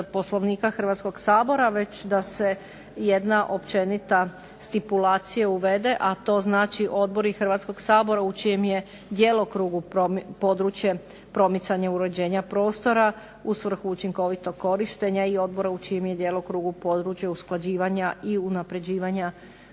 Poslovnika Hrvatskog sabora već da se jedna općenita stipulacija uvede, a to znači odbori Hrvatskog sabora u čijem je djelokrugu područje promicanja i uređenja prostora u svrhu učinkovitog korištenja i odbora u čijem je djelokrugu područje usklađivanja i unapređenja